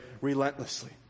relentlessly